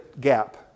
gap